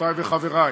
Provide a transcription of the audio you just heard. חברותי וחברי,